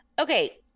Okay